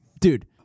dude